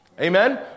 Amen